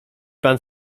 pan